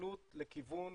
הסתכלות לכיוון